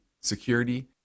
security